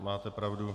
Máte pravdu.